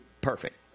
perfect